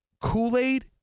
Kool-Aid